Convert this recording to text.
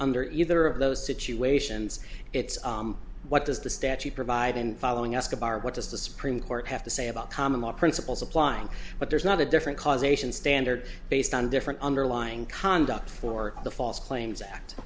under either of those situations it's what does the statute provide in following escobar what does the supreme court have to say about common law principles applying but there's not a different causation standard based on different underlying conduct for the false claims act